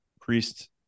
Priest